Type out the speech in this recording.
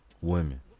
women